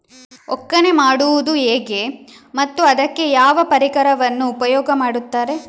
ಒಕ್ಕಣೆ ಮಾಡುವುದು ಹೇಗೆ ಮತ್ತು ಅದಕ್ಕೆ ಯಾವ ಪರಿಕರವನ್ನು ಉಪಯೋಗ ಮಾಡುತ್ತಾರೆ?